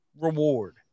reward